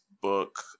book